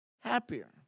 happier